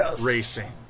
Racing